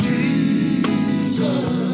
Jesus